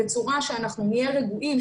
בצורה שאנחנו נהיה רגועים,